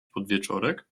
podwieczorek